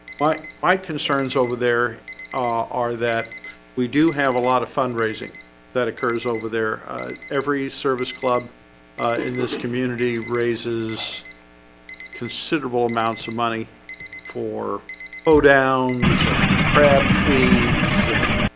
my my concerns over there are that we do have a lot of fundraising that occurs over there every service club in this community raises considerable amounts of money for bow downs and crab feeds and